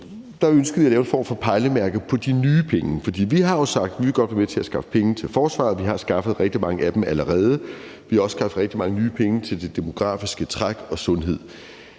ønskede jeg at lave en form for pejlemærke for de nye penge. Vi har jo sagt, at vi godt vil være med til at skaffe penge til forsvaret, og vi har skaffet rigtig mange af dem allerede. Vi har også skaffet rigtig mange nye penge til det demografiske træk og sundhed.